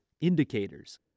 indicators